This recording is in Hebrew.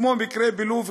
כמו המקרה בלוב,